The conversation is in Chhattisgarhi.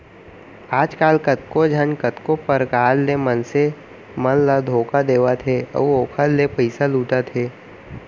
आजकल कतको झन कतको परकार ले मनसे मन ल धोखा देवत हे अउ ओखर ले पइसा लुटत हे